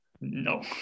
no